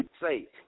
Say